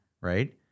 right